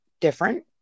different